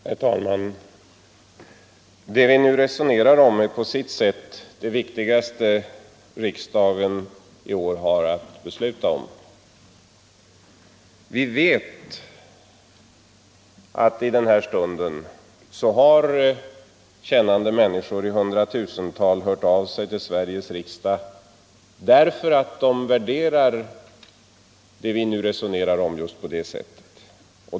Herr talman! Det vi nu resonerar om är på sitt sätt det viktigaste riksdagen i år har att besluta om. Vi vet att i den här stunden kännande människor i hundratusental har hört av sig till Sveriges riksdag därför att de värderar det vi nu resonerar om just på det sättet.